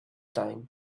time